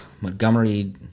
Montgomery